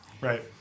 right